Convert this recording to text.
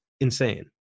insane